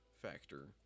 factor